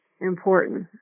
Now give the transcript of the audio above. important